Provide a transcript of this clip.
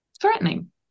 threatening